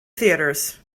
theatres